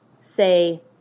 say